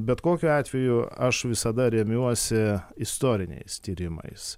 bet kokiu atveju aš visada remiuosi istoriniais tyrimais